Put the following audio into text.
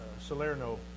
Salerno